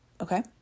Okay